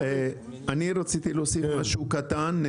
אני רציתי להוסיף משהו קטן.